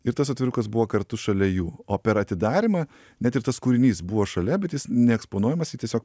ir tas atvirukas buvo kartu šalia jų o per atidarymą net ir tas kūrinys buvo šalia bet jis neeksponuojamas jį tiesiog